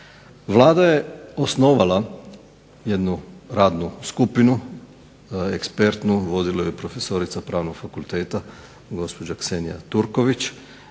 Vlada je osnovala jednu radnu skupinu, ekspertnu, vodila ju je profesorica Pravnog fakulteta, gospođa Ksenija Turković.